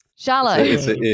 shallow